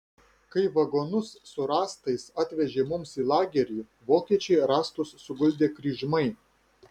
kai vagonus su rąstais atvežė mums į lagerį vokiečiai rąstus suguldė kryžmai